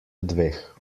dveh